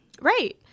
Right